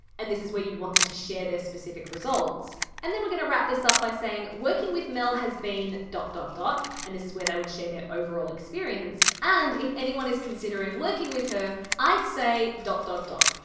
and this is where you want them to share their specific results. and then we're gonna wrap this up by saying working with mel has been dot dot dot. and this is where they would share their overall experience, and, if anyone is considering working with her, i'd say dot dot dot.